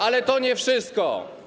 Ale to nie wszystko.